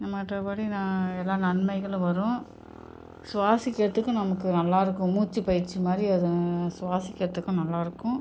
மற்றபடி நான் எல்லா நன்மைகளும் வரும் சுவாசிக்கறத்துக்கும் நமக்கு நல்லாயிருக்கும் மூச்சுப் பயிற்சி மாதிரி அது சுவாசிக்கறத்துக்கும் நல்லாயிருக்கும்